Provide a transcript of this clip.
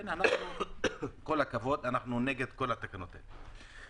עם כל הכבוד, אנחנו נגד התקנות האלה.